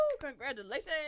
congratulations